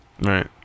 Right